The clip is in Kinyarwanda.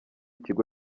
atari